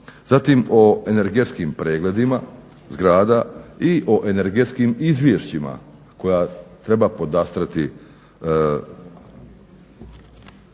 Zatim o energetskim pregledima zgrada i o energetskim izvješćima koja treba podastrijeti